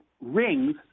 rings